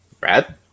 Brad